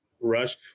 rush